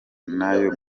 n’ayo